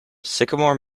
sycamore